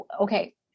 Okay